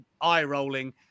eye-rolling